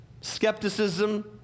skepticism